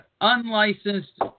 unlicensed